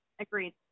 Agreed